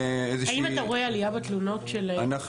האם אתה רואה עלייה בתלונות של החקלאים?